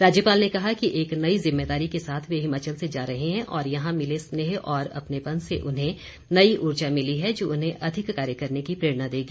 राज्यपाल ने कहा कि एक नई जिम्मेदारी के साथ वे हिमाचल से जा रहे हैं और यहां मिले स्नेह और अपनेपन से उन्हें नई उर्जा मिली है जो उन्हें अधिक कार्य करने की प्रेरणा देगी